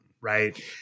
right